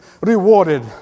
rewarded